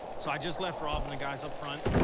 so i just left rob and the guys up front.